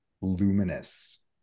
luminous